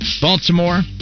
Baltimore